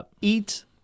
eat